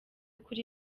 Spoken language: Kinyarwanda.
kuri